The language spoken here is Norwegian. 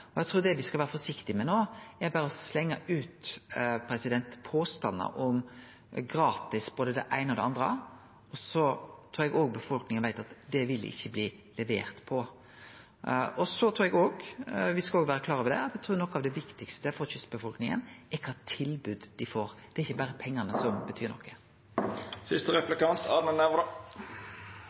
Eg trur det me skal vere forsiktige med no, er berre å slenge ut påstandar om gratis både det eine og det andre. Eg trur befolkninga veit at det vil ikkje bli levert på. Eg trur òg me skal vere klar over at noko av det viktigaste for kystbefolkninga er kva tilbod dei får. Det er ikkje berre pengane som betyr